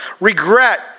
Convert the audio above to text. Regret